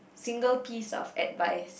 single piece of advice